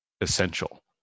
essential